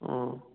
ꯑꯣ